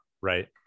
Right